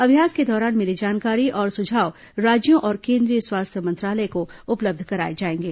अभ्यास के दौरान मिली जानकारी और सुझाव राज्यों और केन्द्रीय स्वास्थ्य मंत्रालय को उपलब्ध कराए जाएंगे